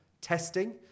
Testing